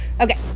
okay